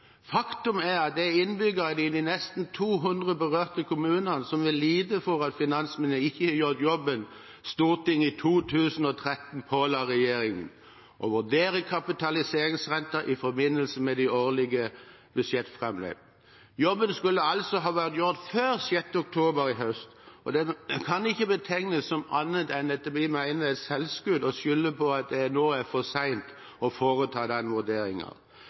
Faktum er at det er innbyggerne i de nesten 200 berørte kommunene som vil lide for at finansministeren ikke har gjort jobben som Stortinget i 2013 påla regjeringen – å vurdere kapitaliseringsrenta i forbindelse med det årlige budsjettframlegget. Jobben skulle altså ha vært gjort før den 6. oktober i høst. Det kan ikke betegnes som annet enn et selvskudd å skylde på at det nå er for sent å foreta den